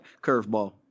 curveball